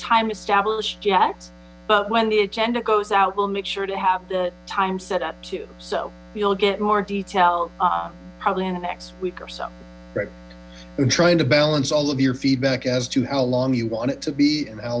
time established yet but when the agenda goes out we'll make sure to have the time set too so you'll get more detail probably in the next week or so right and trying to balance all of your feedback as to how long you want it to be a